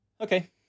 Okay